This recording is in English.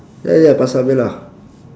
ya ya pasarbella